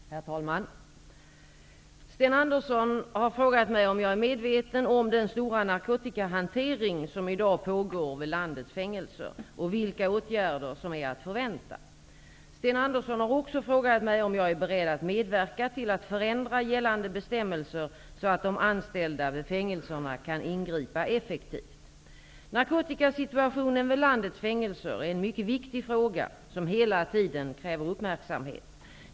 Herr talman! Sten Andersson i Malmö har frågat mig om jag är medveten om den stora narkotikahantering som i dag pågår vid landets fängelser och vilka åtgärder som är att förvänta. Sten Andersson har också frågat mig om jag är beredd att medverka till att förändra gällande bestämmelser så att de anställda vid fängelserna kan ingripa effektivt. Narkotikasituationen vid landets fängelser är en mycket viktig fråga, som hela tiden kräver uppmärksamhet.